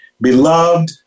beloved